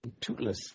Tootless